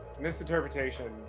misinterpretation